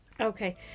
Okay